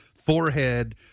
forehead